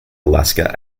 alaska